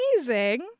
amazing